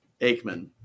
Aikman